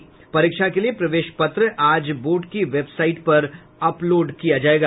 समिति परीक्षा के लिए प्रवेश पत्र आज बोर्ड की वेबसाइट पर अपलोड किया जायेगा